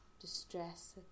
distress